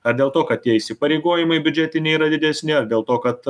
ar dėl to kad tie įsipareigojimai biudžetiniai yra didesni ar dėl to kad